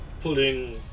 Putting